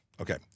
Okay